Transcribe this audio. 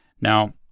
Now